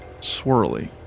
swirly